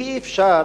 אי-אפשר